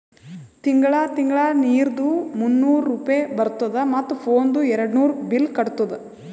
ತಿಂಗಳ ತಿಂಗಳಾ ನೀರ್ದು ಮೂನ್ನೂರ್ ರೂಪೆ ಬರ್ತುದ ಮತ್ತ ಫೋನ್ದು ಏರ್ಡ್ನೂರ್ ಬಿಲ್ ಕಟ್ಟುದ